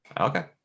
Okay